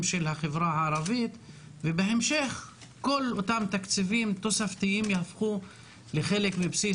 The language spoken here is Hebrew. של החברה הערבית ובהמשך כל אותם תקציבים תוספתיים יהפכו לחלק מבסיס